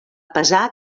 pesar